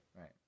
right